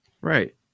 Right